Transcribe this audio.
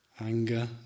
Anger